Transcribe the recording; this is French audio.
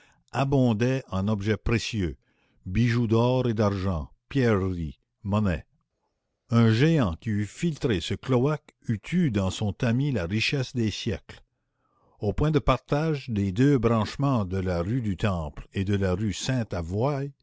abondait en objets précieux bijoux d'or et d'argent pierreries monnaies un géant qui eût filtré ce cloaque eût eu dans son tamis la richesse des siècles au point de partage des deux branchements de la rue du temple et de la rue sainte avoye